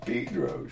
Pedro